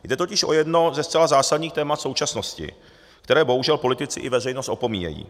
Jde totiž o jedno ze zcela zásadních témat současnosti, které bohužel politici i veřejnost opomíjejí.